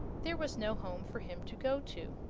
there was no home for him to go to.